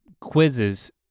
quizzes